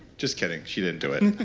just kidding. she didn't do it.